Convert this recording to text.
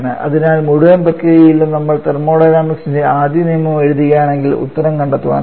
അതിനാൽ മുഴുവൻ പ്രക്രിയയിലും നമ്മൾ തെർമോഡൈനാമിക്സിന്റെ ആദ്യ നിയമം എഴുതുകയാണെങ്കിൽ ഉത്തരം കണ്ടെത്താനാകും